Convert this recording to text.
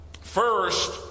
first